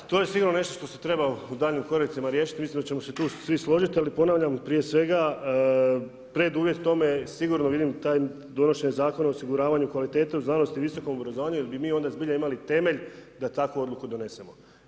Da to je sigurno nešto što se treba, u daljnjim koracima riješiti, mislim da ćemo se tu svi složiti, ali ponavljam, prije svega, preduvjet tome je sigurno vidim taj donošenje zakona, osiguravanje kvalitetu, znanosti, visokom obrazovanju, jer bi mi onda zbilja imali temelj, da takvu odluku donesemo.